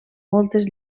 moltes